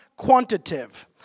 Quantitative